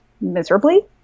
miserably